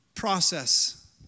process